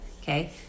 okay